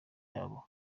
yabo